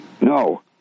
No